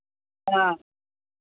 हँ